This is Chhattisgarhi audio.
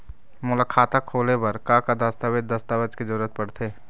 मोला खाता खोले बर का का दस्तावेज दस्तावेज के जरूरत पढ़ते?